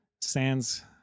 sands